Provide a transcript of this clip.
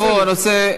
ברור, הנושא.